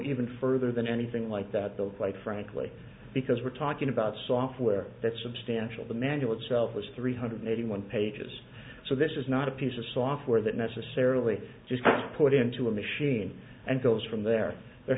even further than anything like that though quite frankly because we're talking about software that substantial the manual itself is three hundred eighty one pages so this is not a piece of software that necessarily just put into a machine and goes from there there